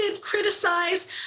criticized